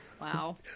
Wow